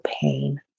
pain